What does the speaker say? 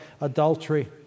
adultery